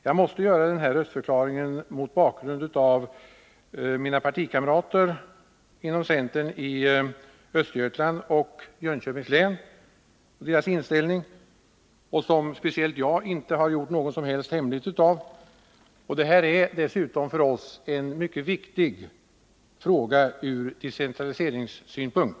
Jag måste göra den här röstförklaringen mot bakgrund av den inställning som mina partikamrater inom centern i Östergötlands och i Jönköpings län har och som speciellt jag inte gjort någon som helst hemlighet av. Dessutom är det här en för oss mycket viktig fråga ur decentraliseringssynpunkt.